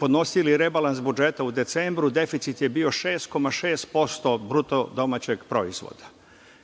podnosili rebalans budžeta u decembru, deficit je bio 6,6% BDP-a. Ta 4% bi nas